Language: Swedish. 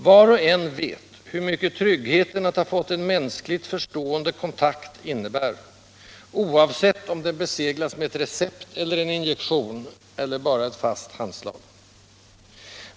Var och en vet hur mycket tryggheten att ha fått en mänskligt förstående kontakt innebär, oavsett om den beseglas med ett recept eller en injektion eller bara ett fast handslag.